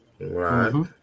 Right